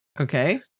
Okay